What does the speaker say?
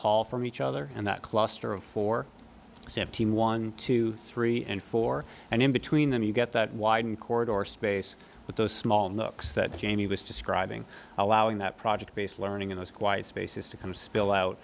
hall from each other and that cluster of four sam team one two three and four and in between them you get that wide and corridor or space but those small noakes that jamie was describing allowing that project based learning in those quiet spaces to come spill out